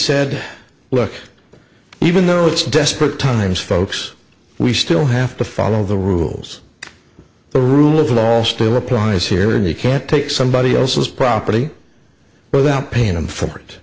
said look even though it's desperate times folks we still have to follow the rules the rule of law all still applies here and they can't take somebody else's property without paying them for it